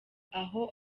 aho